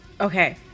Okay